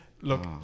Look